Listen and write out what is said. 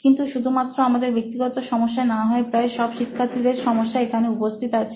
কিন্তু শুধুমাত্র আমাদের ব্যক্তিগত সমস্যা না হয়ে প্রায় সব শিক্ষার্থীদের সমস্যা এখানে উপস্থিত আছে